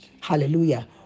Hallelujah